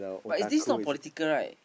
but is this not political right